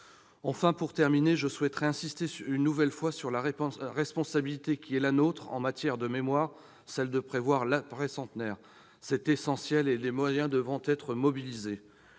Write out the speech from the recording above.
Enfin, je souhaiterais insister une nouvelle fois sur la responsabilité qui est la nôtre en matière de mémoire, celle de prévoir l'après-centenaire. C'est essentiel et des moyens devront être mobilisés